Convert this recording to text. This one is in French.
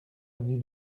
avenue